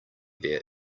there